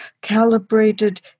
calibrated